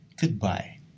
Goodbye